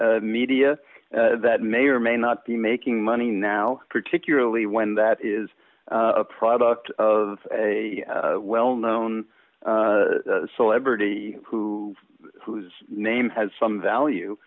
media that may or may not be making money now particularly when that is a product of a well known celebrity who whose name has some value